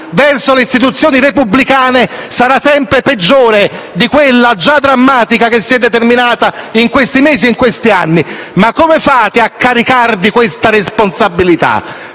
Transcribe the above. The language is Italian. verso le istituzioni repubblicane fosse peggiore di quella già drammatica che si è determinata in questi anni. Ma come fate a caricarvi questa responsabilità?